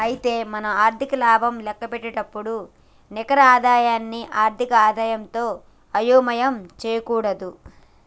అయితే మనం ఆర్థిక లాభం లెక్కపెట్టేటప్పుడు నికర ఆదాయాన్ని ఆర్థిక ఆదాయంతో అయోమయం చేయకూడదు